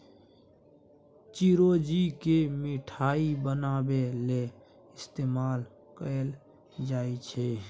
चिरौंजी केँ मिठाई बनाबै लेल इस्तेमाल कएल जाई छै